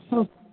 okay